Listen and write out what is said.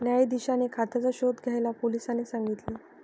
न्यायाधीशांनी खात्याचा शोध घ्यायला पोलिसांना सांगितल